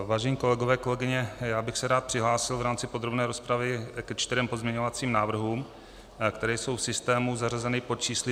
Vážení kolegové, kolegyně, já bych se rád přihlásil v rámci podrobné rozpravy ke čtyřem pozměňovacím návrhům, které jsou v systému zařazeny pod čísly 3247, 3528, 3533 a 3539.